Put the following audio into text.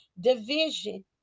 division